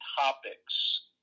topics